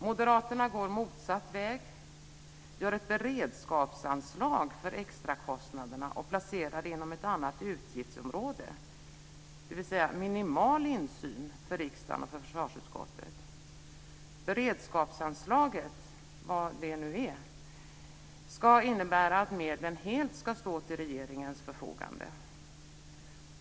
Moderaterna går motsatt väg och gör ett beredskapsanslag för extrakostnaderna och placerar det inom ett annat utgiftsområde, dvs. minimal insyn för riksdagen och för försvarsutskottet. Beredskapsanslaget - vad det nu är - ska innebära att medlen helt ska stå till regeringens förfogande.